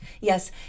Yes